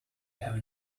have